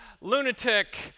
lunatic